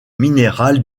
minérale